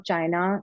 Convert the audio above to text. China